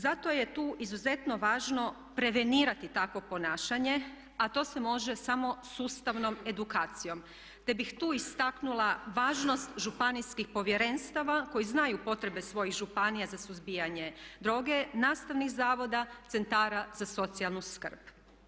Zato je tu izuzetno važno prevenirati takvo ponašanje, a to se može samo sustavnom edukacijom, te bih tu istaknula važnost županijskih povjerenstava koji znaju potrebe svojih županija za suzbijanje droge, nastavnih zavoda, centara za socijalnu skrb.